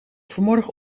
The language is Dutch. vanmorgen